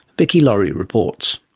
vicky laurie reports.